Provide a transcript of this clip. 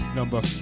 number